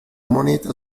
moneta